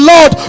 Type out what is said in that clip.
Lord